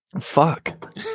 fuck